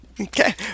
Okay